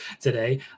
today